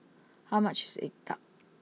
how much is Egg Tart